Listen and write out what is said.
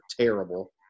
terrible